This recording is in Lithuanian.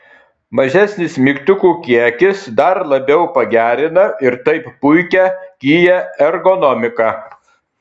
mažesnis mygtukų kiekis dar labiau pagerina ir taip puikią kia ergonomiką